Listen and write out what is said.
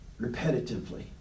repetitively